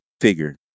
figure